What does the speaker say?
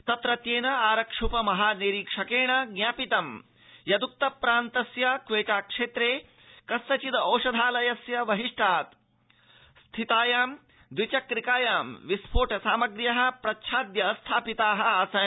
तत्रत्येन आरक्ष्यूप महाधीक्षकेण विज्ञापितं यद्क्त प्रान्तस्य क्वेटा क्षेत्रे कस्यचिदौषधालयस्य बहिष्टात् स्थिते त्रिचक्रिका याने विस्फोट सामग्र्यः प्रच्छाद्य स्थापिताः आसन्